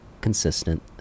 consistent